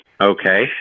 Okay